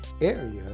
area